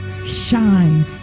shine